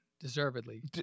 Deservedly